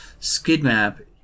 SkidMap